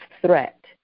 threat